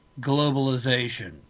globalization